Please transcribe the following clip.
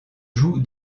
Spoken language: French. joue